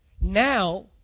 Now